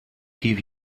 give